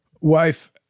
wife